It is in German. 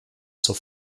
zur